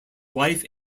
wife